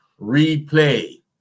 replay